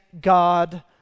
God